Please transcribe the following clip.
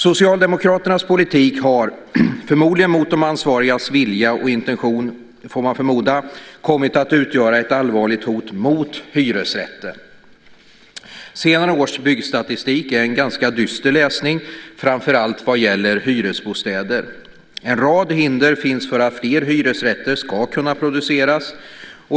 Socialdemokraternas politik har förmodligen mot de ansvarigas vilja och intention kommit att utgöra ett allvarligt hot mot hyresrätten. Senare års byggstatistik är en ganska dyster läsning, framför allt vad gäller hyresbostäder. En rad hinder finns för att fler hyresrätter ska kunna produceras.